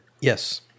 Yes